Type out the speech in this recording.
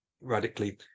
radically